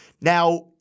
Now